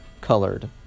colored